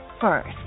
first